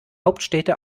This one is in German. hauptstädte